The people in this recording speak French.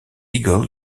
eagles